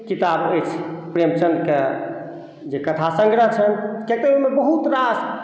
किताब अछि प्रेमचंदके जे कथा संग्रह छनि किआ तऽ ओहिमे बहुत रास